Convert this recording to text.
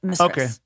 Okay